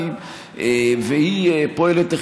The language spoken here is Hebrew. תגיד, מה הייתה הצמיחה?